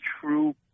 true